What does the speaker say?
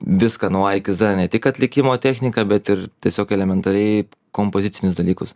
viską nuo nuo a iki z ne tik atlikimo techniką bet ir tiesiog elementariai kompozicinius dalykus